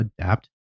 adapt